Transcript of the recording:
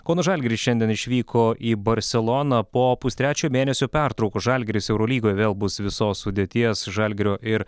kauno žalgiris šiandien išvyko į barseloną po pustrečio mėnesio pertraukos žalgiris eurolygoje vėl bus visos sudėties žalgirio ir